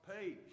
page